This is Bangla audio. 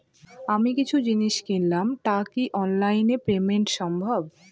আমি কিছু জিনিস কিনলাম টা কি অনলাইন এ পেমেন্ট সম্বভ?